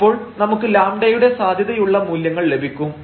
അപ്പോൾ നമുക്ക് λ യുടെ സാധ്യതയുള്ള മൂല്യങ്ങൾ ലഭിക്കും